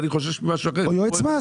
אני חושש ממשהו אחר --- או יועץ מס.